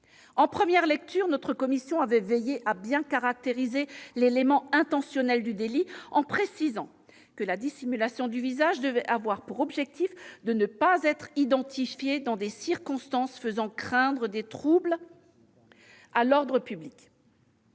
En première lecture, notre commission avait veillé à bien caractériser l'élément intentionnel du délit, en précisant que la dissimulation du visage devait avoir pour objectif de ne pas être identifié dans des circonstances faisant craindre des troubles à l'ordre public.